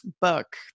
book